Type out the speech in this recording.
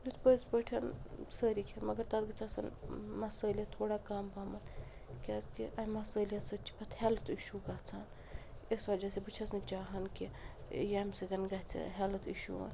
یُِتھ پٔزۍ پٲٹھۍ سٲری کھیٚن مگر تَتھ گَژھہِ آسُن مصٲلیِت تھوڑا کَم پَہمَتھ کیٛازِکہِ اَمہِ مصٲلیِت سۭتۍ چھِ پَتہٕ ہیٚلٕتھ اِشوٗ گَژھان اس وجہ سۭتۍ بہٕ چھیٚس نہٕ چاہان کہِ ییٚمہِ سۭتۍ گژھہِ ہیٚلٕتھ اِشوٗ